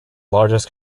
largest